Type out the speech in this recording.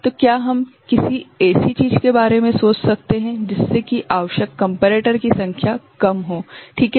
तो क्या हम किसी एसी चीज के बारे मे सोच सकते हैं जिससे कि आवश्यक कम्पेरेटर की संख्या कम हो ठीक है